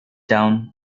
down